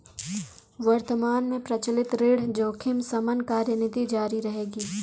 वर्तमान में प्रचलित ऋण जोखिम शमन कार्यनीति जारी रहेगी